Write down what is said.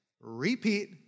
repeat